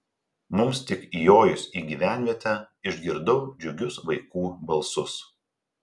mums tik įjojus į gyvenvietę išgirdau džiugius vaikų balsus